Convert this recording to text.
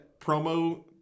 promo